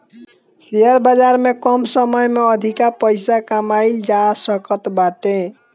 share बाजार में कम समय में अधिका पईसा कमाईल जा सकत बाटे